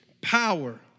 power